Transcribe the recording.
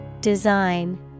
Design